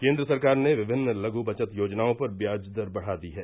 केन्द्र सरकार ने विभिन्न लघ् बचत योजनाओं पर व्याजदर बढ़ा दी है